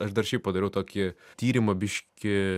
aš dar šiaip padariau tokį tyrimą biškį